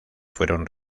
fueron